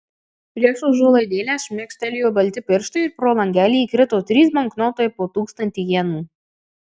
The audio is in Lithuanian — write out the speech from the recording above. prieš užuolaidėlę šmėkštelėjo balti pirštai ir pro langelį įkrito trys banknotai po tūkstantį jenų